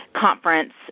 conference